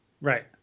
Right